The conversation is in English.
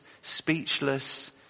speechless